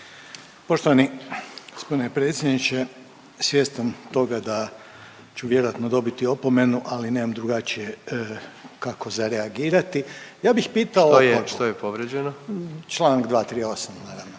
Poštovani g. predsjedniče, svjestan toga da ću vjerojatno dobiti opomenu, ali nemam drugačije kako za reagirati. Ja bih pitao…